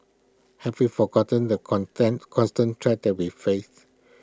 have we forgotten the constant threats that we face